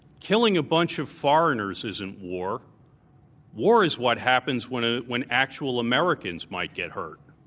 killing a bunch of foreigners isn't war war is what happens when ah when actual americans might get hurt.